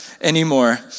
anymore